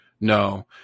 No